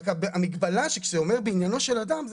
המגבלה כשזה אומר בעניינו של אדם,